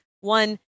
one